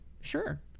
sure